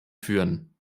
führen